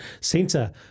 centre